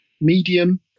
Medium